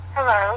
Hello